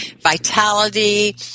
vitality